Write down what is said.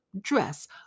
dress